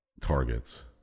targets